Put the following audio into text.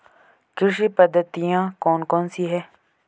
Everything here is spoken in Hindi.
कृषि पद्धतियाँ कौन कौन सी हैं?